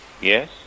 Yes